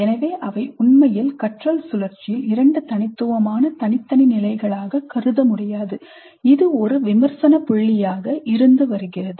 எனவே அவை உண்மையில் கற்றல் சுழற்சியில் இரண்டு தனித்துவமான தனித்தனி நிலைகளாக கருத முடியாது இது ஒரு விமர்சன புள்ளியாக இருந்து வருகிறது